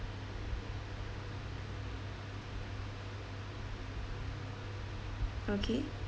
okay